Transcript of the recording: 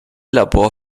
labor